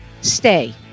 stay